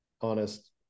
honest